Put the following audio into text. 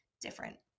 different